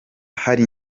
hari